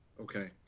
Okay